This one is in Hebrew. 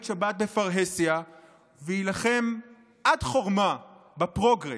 שבת בפרהסיה ויילחם עד חורמה בפרוגרס,